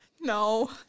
No